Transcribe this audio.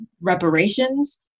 reparations